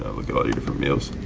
look at all your different meals.